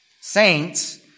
Saints